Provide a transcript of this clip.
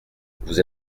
vous